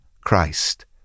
Christ